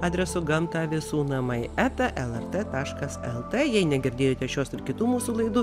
adresu gamta visų namai eta lrt taškas lt jei negirdėjote šios ir kitų mūsų laidų